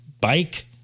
bike